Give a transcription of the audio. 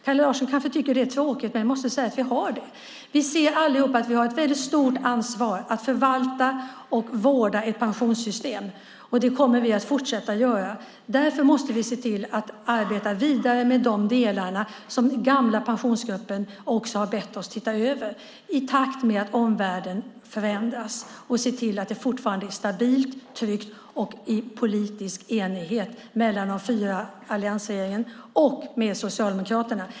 Kalle Larsson kanske tycker det är tråkigt, men jag måste säga att vi har det. Vi ser allihop att vi har ett stort ansvar att förvalta och vårda ett pensionssystem. Det kommer vi att fortsätta att göra. Därför måste vi se till att arbeta vidare med de delar som den gamla pensionsgruppen också har bett oss se över i takt med att omvärlden förändras. Det handlar om att se till att det fortfarande är stabilt, tryggt och i politisk enighet mellan de fyra partierna i alliansregeringen och med Socialdemokraterna.